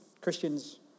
Christians